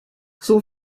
son